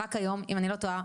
רק היום אם אני לא טועה,